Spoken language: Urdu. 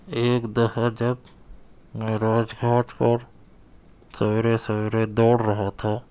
ایک دفعہ جب میں راج گھاٹ پر سویرے سویرے دوڑ رہا تھا